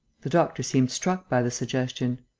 the doctor seemed struck by the suggestion.